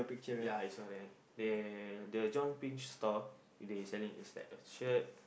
ya I saw that they the John pinch store they selling is like a shirt